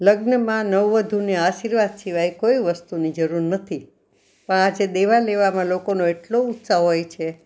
લગ્નમાં નવવધૂને આશીર્વાદ સિવાય કોઈ વસ્તુની જરૂર નથી પણ આજે દેવા લેવામાં લોકોનો એટલો ઉત્સાહ હોય છે